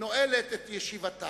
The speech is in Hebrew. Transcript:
נועלת את ישיבתה,